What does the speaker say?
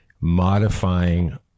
modifying